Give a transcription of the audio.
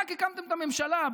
רק הקמתם את הממשלה,